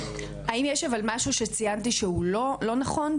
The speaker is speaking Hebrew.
האם אבל יש משהו שציינתי שהוא לא נכון,